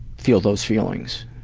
feel those feelings.